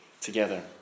together